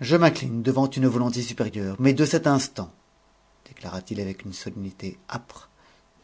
je m'incline devant une volonté supérieure mais de cet instant déclara-t-il avec une solennité âpre